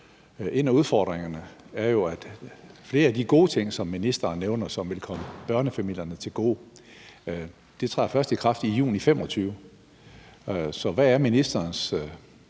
En af udfordringerne er jo, at flere af de gode ting, som ministeren nævner, og som vil komme børnefamilierne til gode, først træder i kraft i juni 2025. Så hvad er ministerens